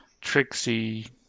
Trixie